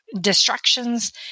distractions